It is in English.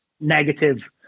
negative